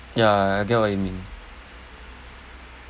ya